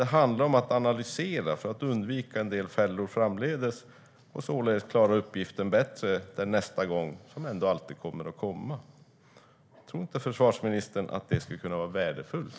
Det handlar om att analysera för att undvika en del fällor framdeles och således klara uppgiften bättre den nästa gång som ändå alltid kommer att komma. Tror inte försvarsministern att detta skulle kunna vara värdefullt?